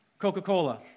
Coca-Cola